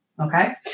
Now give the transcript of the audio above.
Okay